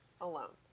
alone